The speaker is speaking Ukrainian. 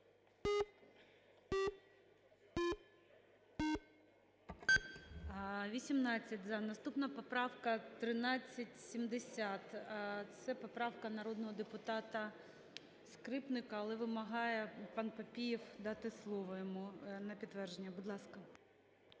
За-18 Наступна поправка 1370, це поправка народного депутата Скрипника, але вимагає пан Папієв дати слово йому на підтвердження. Будь ласка.